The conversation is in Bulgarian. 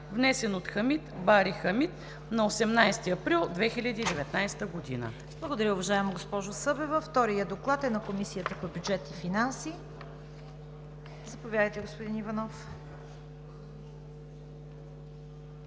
внесен от Хамид Бари Хамид на 18 април 2019 г.“ ПРЕДСЕДАТЕЛ ЦВЕТА КАРАЯНЧЕВА: Благодаря, уважаема госпожо Събева. Вторият доклад е на Комисията по бюджет и финанси. Заповядайте, господин Иванов.